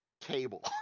Cable